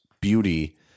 beauty